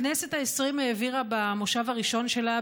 הכנסת העשרים העבירה במושב הראשון שלה,